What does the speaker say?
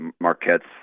Marquette's